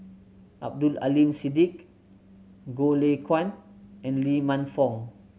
Abdul Aleem Siddique Goh Lay Kuan and Lee Man Fong